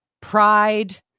pride